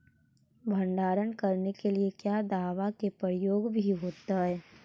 भंडारन करने के लिय क्या दाबा के प्रयोग भी होयतय?